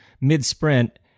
mid-sprint